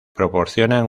proporcionan